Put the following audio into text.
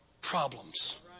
problems